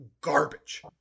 garbage